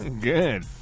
Good